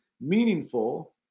meaningful